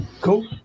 Cool